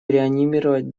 реанимировать